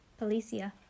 policia